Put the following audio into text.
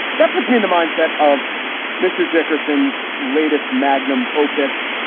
that puts me in the mindset of mr. dickerson's latest magnum opus,